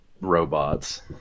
robots